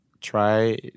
try